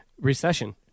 Recession